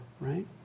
right